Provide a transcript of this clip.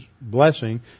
blessing